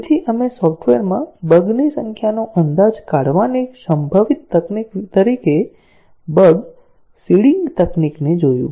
તેથી આપણે સોફ્ટવેરમાં બગ ની સંખ્યાનો અંદાજ કાઢવાની સંભવિત તકનીક તરીકે બગ સીડિંગ તકનીકને જોયું